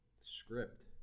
script